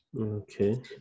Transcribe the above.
Okay